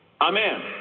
amen